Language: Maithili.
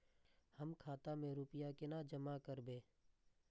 हम खाता में रूपया केना जमा करबे?